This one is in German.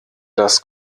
das